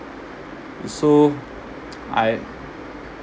so I